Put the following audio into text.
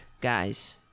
guys